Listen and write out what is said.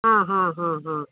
ಹಾಂ ಹಾಂ ಹಾಂ ಹಾಂ